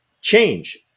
change